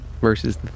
versus